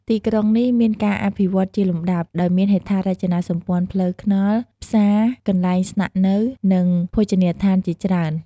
ទីក្រុងនេះមានការអភិវឌ្ឍជាលំដាប់ ដោយមានហេដ្ឋារចនាសម្ព័ន្ធផ្លូវថ្នល់ ផ្សារ កន្លែងស្នាក់នៅ និងភោជនីយដ្ឋានជាច្រើន។